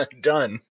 Done